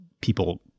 people